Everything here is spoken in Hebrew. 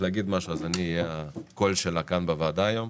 להגיד משהו אני אהיה הקול שלה בוועדה פה היום.